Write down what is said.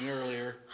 earlier